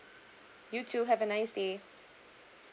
you too have a nice day